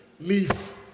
Leaves